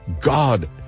God